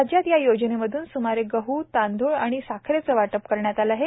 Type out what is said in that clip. राज्यात या योजनेमधून स्मारे गह् तांदूळ आणि साखरेचे वाटप करण्यात आले आहे